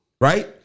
right